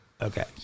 Okay